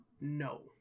No